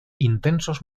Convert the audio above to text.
intensos